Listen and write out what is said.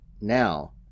now